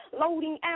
loading